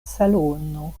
salono